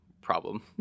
problem